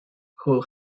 who